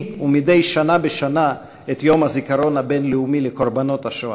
ומדי שנה בשנה את יום הזיכרון הבין-לאומי לקורבנות השואה.